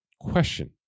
question